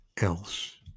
else